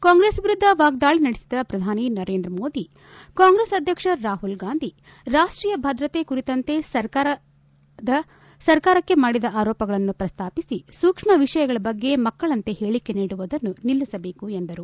ಕಾಂಗ್ರೆಸ್ ವಿರುದ್ದ ವಾಗ್ದಾಳಿ ನಡೆಬದ ಪ್ರಧಾನಿ ನರೇಂದ್ರ ಮೋದಿ ಕಾಂಗ್ರೆಸ್ ಅಧ್ಯಕ್ಷ ರಾಹುಲ್ಗಾಂಧಿ ರಾಷ್ಟೀಯ ಭದ್ರತೆ ಕುರಿತಂತೆ ಸರಕಾರದ ಮಾಡಿದ ಆರೋಪಗಳನ್ನು ಪ್ರಸ್ತಾಪಿಸಿ ಸೂಕ್ಷ್ಮ ವಿಷಯಗಳ ಬಗ್ಗೆ ಮಕ್ಕಳಂತೆ ಹೇಳಿಕೆ ನೀಡುವುದನ್ನು ನಿಲ್ಲಿಸಬೇಕು ಎಂದರು